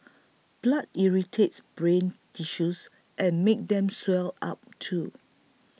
blood irritates brain tissues and makes them swell up too